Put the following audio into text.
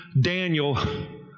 Daniel